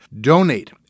Donate